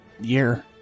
year